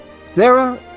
Sarah